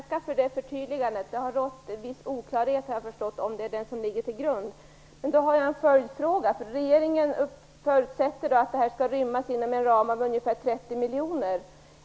Fru talman! Jag tackar för det förtydligandet. Det har varit en viss oklarhet om ifall det är den överenskommelsen som ligger till grund för programmet. Jag har en följdfråga. Regeringen förutsätter att detta skall rymmas inom en ram av ungefär 30 miljoner.